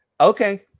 okay